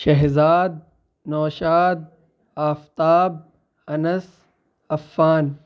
Shahzad Naushad Aftab Anas Affan